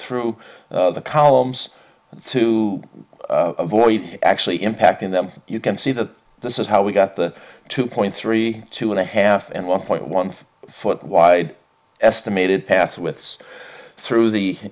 through the columns to avoid actually impacting them you can see that this is how we got the two point three two and a half and one point one five foot wide estimated path with through the